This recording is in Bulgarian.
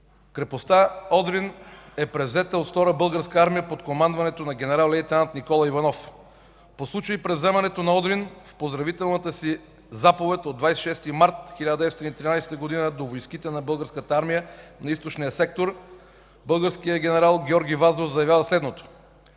Крепостта Одрин е превзета от Втора българска армия под командването на генерал-лейтенант Никола Иванов. По случай превземането на Одрин в поздравителната си заповед от 26 март 1913 г. до войските на Българската армия на източния сектор българският генерал Георги Вазов заявява следното: